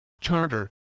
Charter